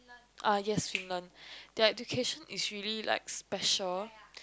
ah yes Finland their education is really like special